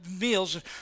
meals